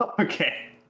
Okay